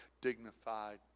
Dignified